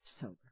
sober